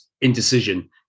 indecision